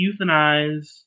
euthanize